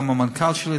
גם המנכ"ל שלי,